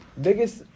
Biggest